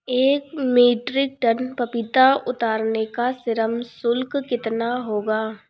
एक metric tonne पपीता उतारने का श्रम शुल्क कितना होगा?